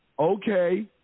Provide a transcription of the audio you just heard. okay